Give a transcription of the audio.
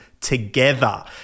together